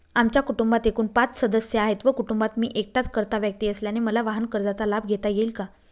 आमच्या कुटुंबात एकूण पाच सदस्य आहेत व कुटुंबात मी एकटाच कर्ता व्यक्ती असल्याने मला वाहनकर्जाचा लाभ घेता येईल का?